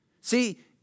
See